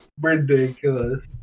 Ridiculous